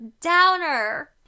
downer